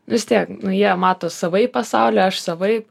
vis tiek jie mato savaip pasaulį aš savaip